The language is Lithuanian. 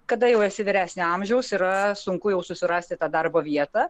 kada jau esi vyresnio amžiaus yra sunku jau susirasti tą darbo vietą